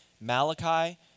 Malachi